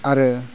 आरो